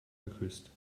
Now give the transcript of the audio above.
geküsst